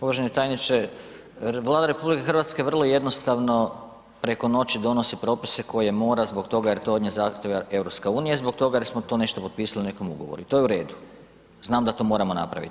Uvaženi tajniče, Vlada RH vrlo jednostavno preko noći donosi propise koje mora zbog toga jer to od nje zahtijeva EU i zbog toga jer smo to nešto potpisali u nekom ugovoru i to je u redu, znam da to moramo napraviti.